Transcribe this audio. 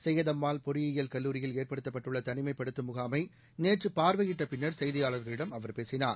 செய்யதம்மாள் பொறியியல் கல்லூரியில் ஏற்படுத்தப்பட்டுள்ள தனிமைப்படுத்தும் முகாமை நேற்று பார்வையிட்ட பின்னர் செய்தியாளர்களிடம் அவர் பேசினார்